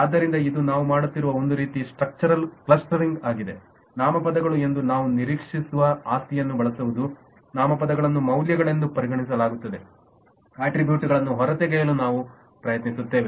ಆದ್ದರಿಂದ ಇದು ನಾವು ಮಾಡುತ್ತಿರುವ ಒಂದು ರೀತಿಯ ಸ್ಟ್ರಕ್ಚರಲ್ ಕ್ಲಸ್ಟರಿಂಗ್ ಆಗಿದೆ ನಾಮಪದಗಳು ಎಂದು ನಾವು ನಿರೀಕ್ಷಿಸುವ ಆಸ್ತಿಯನ್ನು ಬಳಸುವುದು ನಾಮಪದಗಳನ್ನು ಮೌಲ್ಯಗಳೆಂದು ಪರಿಗಣಿಸಲಾಗುತ್ತದೆ ಅಟ್ರಿಬ್ಯೂಟ್ ಗಳನ್ನು ಹೊರತೆಗೆಯಲು ನಾವು ಪ್ರಯತ್ನಿಸುತ್ತೇವೆ